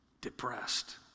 depressed